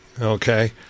okay